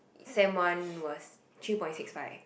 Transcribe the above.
sem one was three point six five